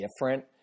different